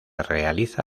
realiza